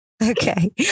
Okay